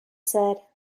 said